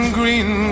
green